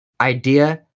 idea